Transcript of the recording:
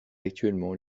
actuellement